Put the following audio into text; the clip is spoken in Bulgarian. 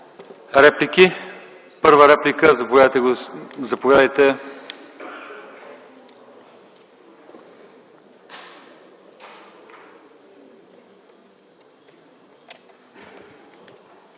Реплики? Първа реплика – заповядайте,